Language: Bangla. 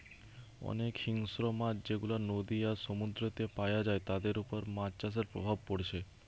অনেক হিংস্র মাছ যেগুলা নদী আর সমুদ্রেতে পায়া যায় তাদের উপর মাছ চাষের প্রভাব পড়ছে